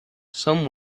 some